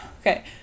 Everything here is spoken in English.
Okay